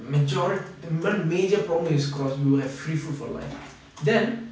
majority the major problem is cause you will have free food for life then